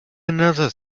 another